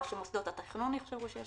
או שמוסדות התכנון יחשבו שיש